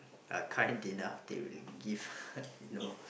are kind enough they will give you know